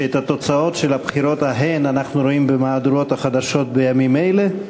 ואת התוצאות של הבחירות ההן אנחנו רואים במהדורות החדשות בימים אלה.